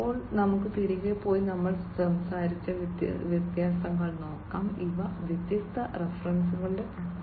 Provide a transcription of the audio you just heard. ഇപ്പോൾ നമുക്ക് തിരികെ പോയി നമ്മൾ സംസാരിച്ച വ്യത്യാസങ്ങൾ നോക്കാം ഇവ വ്യത്യസ്ത റഫറൻസുകളുടെ പട്ടികയാണ്